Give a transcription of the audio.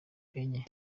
enye